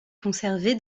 conservé